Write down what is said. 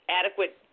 adequate